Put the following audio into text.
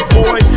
boy